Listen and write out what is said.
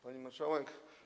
Pani Marszałek!